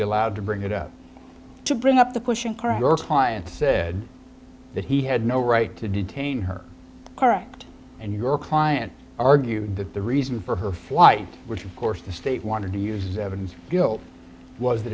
allowed to bring it up to bring up the question car her client said that he had no right to detain her correct and your client argued that the reason for her flight which of course the state wanted to use